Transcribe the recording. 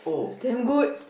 is damn good